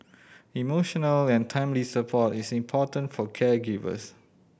emotional and timely support is important for caregivers